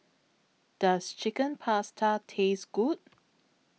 Does Chicken Pasta Taste Good